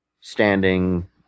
standing